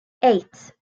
eight